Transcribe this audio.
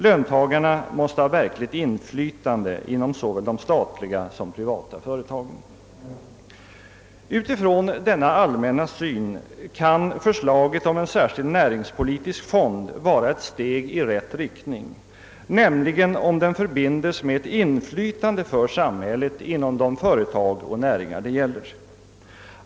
Löntagarna måste ha verkligt inflytande inom såväl de statliga som de privata företagen. Utifrån denna allmänna syn kan förslaget om en särskild näringspolitisk fond vara ett steg i rätt riktning, nämligen om den förbindes med ett inflytande för samhället inom de företag och näringar det gäller.